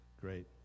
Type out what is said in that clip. Great